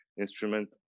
instrument